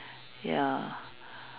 ya